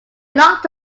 locked